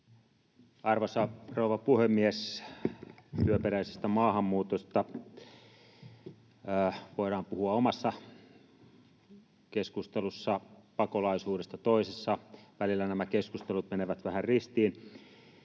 Arvoisa rouva puhemies! Työperäisestä maahanmuutosta voidaan puhua omassa keskustelussaan, pakolaisuudesta toisessa. Välillä nämä keskustelut menevät vähän ristiin.